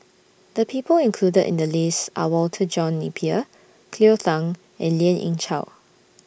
The People included in The list Are Walter John Napier Cleo Thang and Lien Ying Chow